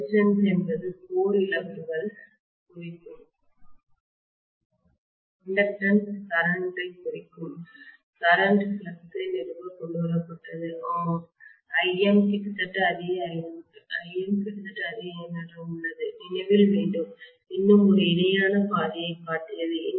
resistance என்பது core இழப்புகள் குறிக்கும் இண்டக்டன்ஸ் கரண்ட் குறிக்கும் கரண்ட் ஃப்ளக்ஸ் ஐ நிறுவ கொண்டுவரப்பட்டது ஆமாம் Im கிட்டத்தட்ட அதே I0 Im கிட்டத்தட்ட அதே I0 உள்ளது நினைவில் வேண்டும் இன்னும் ஒரு இணையான பாதையைக் காட்டியது